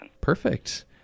Perfect